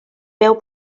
veu